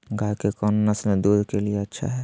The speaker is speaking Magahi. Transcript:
गाय के कौन नसल दूध के लिए अच्छा है?